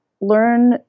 learn